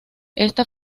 esta